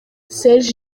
serge